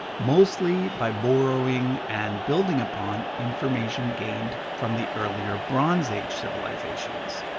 mostly by borrowing and building upon information gained from the earlier bronze age civilizations.